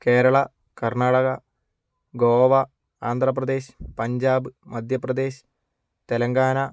Kerala Karnataka Goa Andhra Pradesh Punjab Madhya Pradesh Telangana